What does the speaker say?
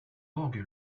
orgue